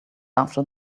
after